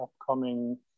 upcoming